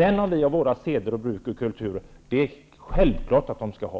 Men vi har våra seder och bruk och vår kultur. Självklart skall de ha det.